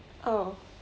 oh